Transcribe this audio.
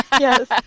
Yes